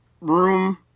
room